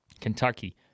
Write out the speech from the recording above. Kentucky